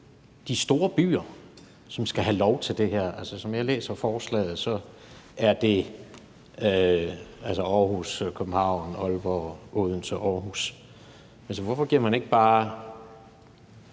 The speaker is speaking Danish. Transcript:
de store byer, som skal have lov til det her? Som jeg læser forslaget, er det Aarhus, København, Aalborg og Odense. Altså, hvorfor giver man ikke bare